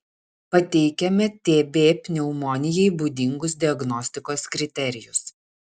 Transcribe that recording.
pateikiame tb pneumonijai būdingus diagnostikos kriterijus